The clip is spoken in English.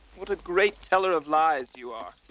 what a great teller of lies you are.